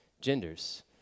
genders